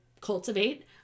cultivate